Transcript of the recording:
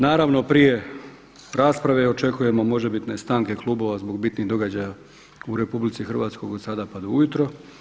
Naravno prije rasprave očekujemo možebitne stanke klubova zbog bitnih događaja u RH od sada pa do ujutro.